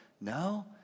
no